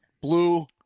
Blue